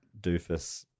doofus